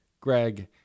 Greg